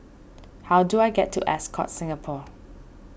how do I get to Ascott Singapore